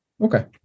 Okay